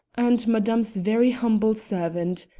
and madame's very humble servant,